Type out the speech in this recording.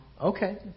Okay